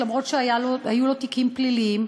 אף שהיו לו תיקים פליליים,